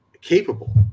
capable